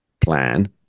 plan